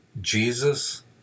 Jesus